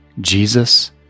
Jesus